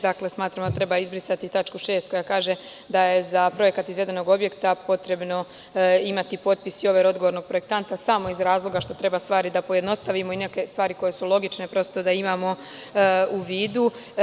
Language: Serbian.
Dakle, smatramo da treba izbrisati tačku 6) koja kaže: „da je za projekat izvedenog objekta potrebno imati potpis i overu odgovornog projektanta“, i to samo iz razloga što treba stvari da pojednostavimo i neke stvari koje su logične da imamo u vidu.